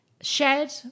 Shed